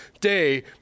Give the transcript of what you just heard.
day